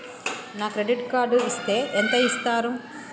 నాకు credit card ఇస్తే ఎంత ఇస్తరు?